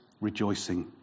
rejoicing